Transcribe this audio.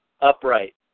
upright